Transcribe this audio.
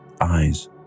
eyes